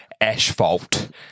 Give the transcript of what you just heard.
Asphalt